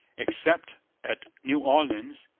except at new orleans,